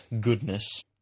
goodness